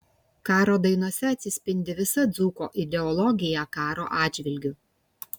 karo dainose atsispindi visa dzūko ideologija karo atžvilgiu